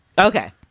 Okay